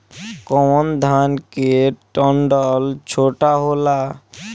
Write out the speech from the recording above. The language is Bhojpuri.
कौन धान के डंठल छोटा होला?